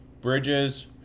Bridges